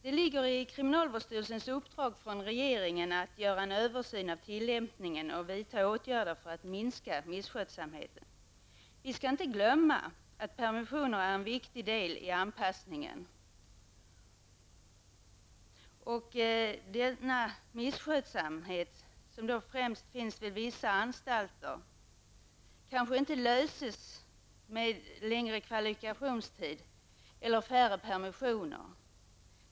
Det ligger i kriminalvårdsstyrelsens uppdrag från regeringen att göra en översyn av tillämpningen och vidta åtgärder för att minska misskötsamheten. Vi skall inte glömma att permissioner är en viktig del i anpassningen och att problemen med denna misskötsamhet, som finns främst vid vissa anstalter, kanske inte löses genom längre kvalifikationstid eller färre permissioner.